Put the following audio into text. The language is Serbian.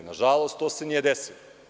Na žalost, to se nije desilo.